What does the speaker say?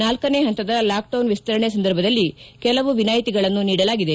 ನಾಲ್ಕನೇ ಪಂತದ ಲಾಕ್ಡೌನ್ ವಿಸ್ತರಣೆ ಸಂದರ್ಭದಲ್ಲಿ ಕೆಲವು ವಿನಾಯಿತಿಗಳನ್ನು ನೀಡಲಾಗಿದೆ